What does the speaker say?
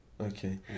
Okay